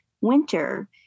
winter